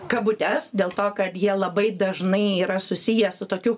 kabutes dėl to kad jie labai dažnai yra susiję su tokiu